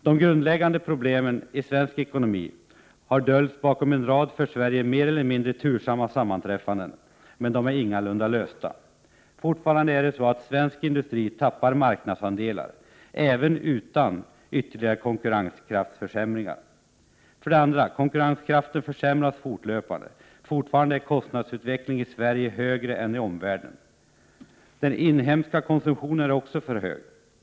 De grundläggande problemen i svensk ekonomi har dolts bakom en rad för Sverige mer eller mindre tursamma sammanträffanden, men de är ingalunda lösta. Fortfarande är det så här: 1. Svensk industri tappar marknadsandelar, även utan ytterligare konkurrenskraftsförsämringar. 2. Konkurrenskraften försämras fortlöpande. Fortfarande är kostnadsut 13 vecklingen i Sverige högre än i omvärlden. Den inhemska konsumtionen är för hög.